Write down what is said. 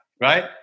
right